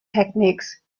techniques